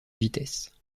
vitesse